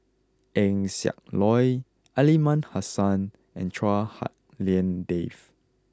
Eng Siak Loy Aliman Hassan and Chua Hak Lien Dave